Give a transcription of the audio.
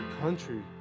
country